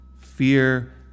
Fear